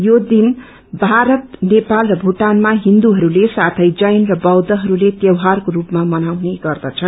यो दिन भारत नेपाल र भूटानमा हिन्दूहस्ते साथै जैन र वीखहरूले त्यीहारको रूपमा मनाउने गर्दछन्